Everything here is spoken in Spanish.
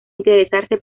interesarse